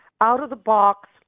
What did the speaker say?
out-of-the-box